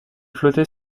flottait